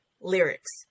lyrics